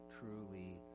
truly